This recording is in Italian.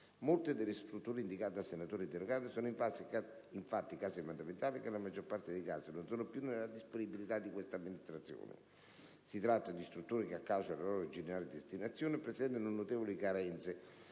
Molte delle strutture indicate dal senatore interrogante sono, infatti, case mandamentali che, nella maggior parte dei casi, non sono più nella disponibilità di questa Amministrazione. Si tratta di strutture che, a causa della loro originaria destinazione, presentano notevoli carenze